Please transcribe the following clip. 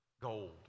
gold